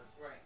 Right